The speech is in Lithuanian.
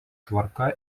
tvarka